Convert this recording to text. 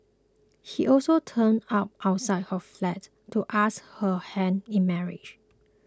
he also turned up outside her flat to ask her hand in marriage